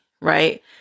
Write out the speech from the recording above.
right